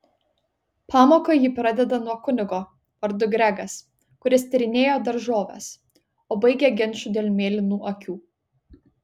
pamoką ji pradeda nuo kunigo vardu gregas kuris tyrinėjo daržoves o baigia ginču dėl mėlynų akių